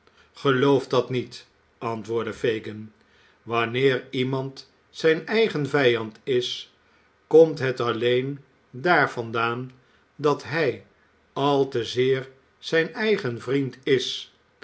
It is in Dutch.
geloof dat niet antwoordde fagin wanneer iemand zijn eigen vijand is komt het alleen daar vandaan dat hij al te zeer zijn eigen vriend is